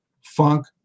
funk